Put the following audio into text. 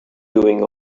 doing